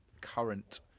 current